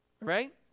right